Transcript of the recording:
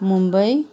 Mumbai